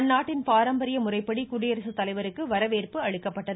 அந்நாட்டின் பாரம்பரிய முறைப்படி குடியரசுத்தலைவருக்கு வரவேற்பு அளிக்கப்பட்டது